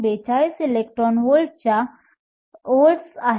42 electron व्होल्ट्सच्या आहे